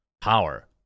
power